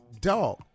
Dog